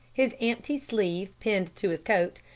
his empty sleeve pinned to his coat,